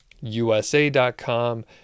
USA.com